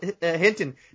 Hinton